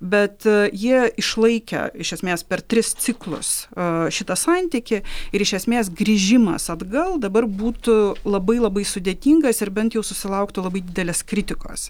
bet jie išlaikę iš esmės per tris ciklus a šitą santykį ir iš esmės grįžimas atgal dabar būtų labai labai sudėtingas ir bent jau susilauktų labai didelės kritikos